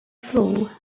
floor